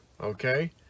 Okay